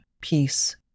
peace